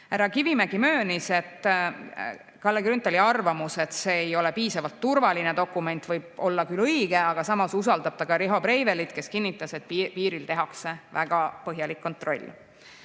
Härra Kivimägi möönis: Kalle Grünthali arvamus, et see ei ole piisavalt turvaline dokument, võib olla küll õige, aga samas usaldab ta ka Riho Breivelit, kes kinnitas, et piiril tehakse väga põhjalik kontroll.